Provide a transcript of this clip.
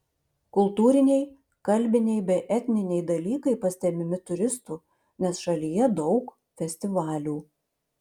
kultūriniai kalbiniai bei etniniai dalykai pastebimi turistų nes šalyje daug festivalių